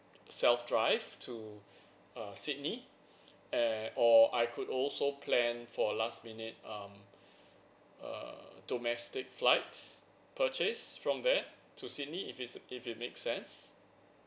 self drive to uh sydney eh or I could also plan for last minute um err domestic flights purchase from there to sydney if it's if it makes sense